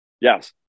Yes